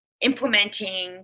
implementing